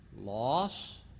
loss